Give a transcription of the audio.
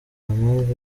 mpamvu